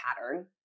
pattern